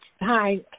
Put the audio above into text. Hi